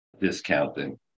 discounting